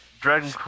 Dragon